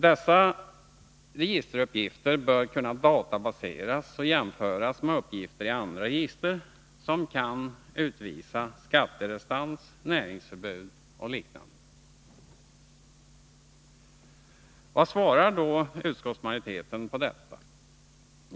Dessa registeruppgifter bör kunna databaseras och jämföras med uppgifter i andra register som kan utvisa skatterestans, näringsförbud och liknande. Vad svarar då utskottsmajoriteten på detta?